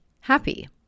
happy